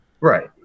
right